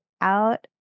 out